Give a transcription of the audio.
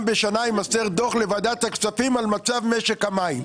בשנה יימסר דוח לוועדת הכספים על מצב משק המים.